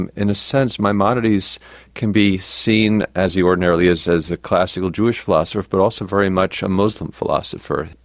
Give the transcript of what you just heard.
and in a sense maimonides can be seen, as he ordinarily is, as a classical jewish philosopher, but also very much a muslim philosopher.